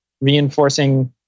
reinforcing